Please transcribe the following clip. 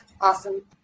awesome